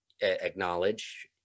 acknowledge